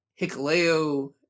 Hikaleo